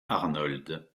arnold